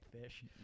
fish